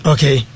Okay